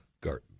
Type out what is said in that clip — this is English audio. Garten